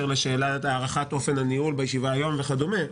לשאלת הערכת אופן הניהול בישיבה היום וכדומה,